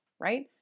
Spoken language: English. Right